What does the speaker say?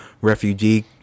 refugee